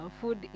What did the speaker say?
food